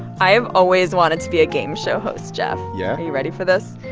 i've always wanted to be a game show host, jeff yeah are you ready for this?